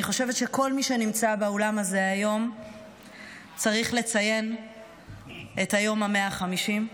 אני חושבת שכל מי שנמצא באולם הזה היום צריך לציין את היום ה-150,